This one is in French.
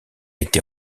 été